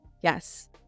Yes